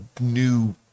new